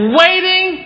waiting